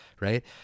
right